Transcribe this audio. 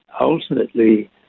ultimately